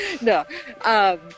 No